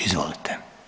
Izvolite.